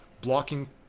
blocking